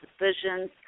decisions